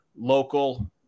local